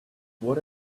what